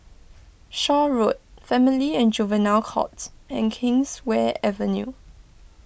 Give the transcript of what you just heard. Shaw Road Family and Juvenile Courts and Kingswear Avenue